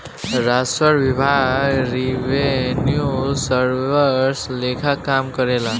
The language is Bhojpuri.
राजस्व विभाग रिवेन्यू सर्विस लेखा काम करेला